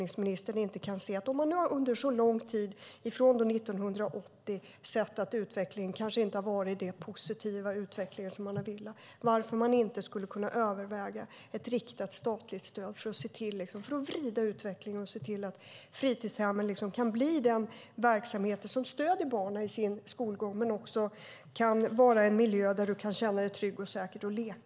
När vi under så lång tid, från 1980, sett att utvecklingen kanske inte har varit så positiv som vi önskat blir jag lite fundersam över varför regeringen och utbildningsministern inte skulle kunna överväga att införa ett riktat statligt stöd för att vrida utvecklingen och se till att fritidshemmen kan bli den verksamhet som stöder barnen i deras skolgång och vara en miljö där det känns tryggt och säkert att leka.